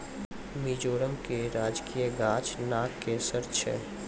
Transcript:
मिजोरम के राजकीय गाछ नागकेशर छै